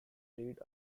lead